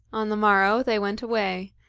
on the morrow they went away,